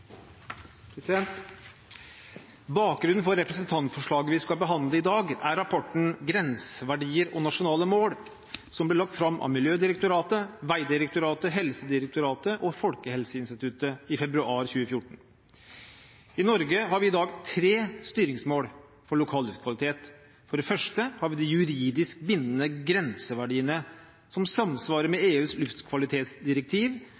rapporten Grenseverdier og nasjonale mål, som ble lagt fram av Miljødirektoratet, Vegdirektoratet, Helsedirektoratet og Folkehelseinstituttet i februar 2014. I Norge har vi i dag tre styringsmål for lokal luftkvalitet. For det første har vi de juridisk bindende grenseverdiene som samsvarer med EUs luftkvalitetsdirektiv,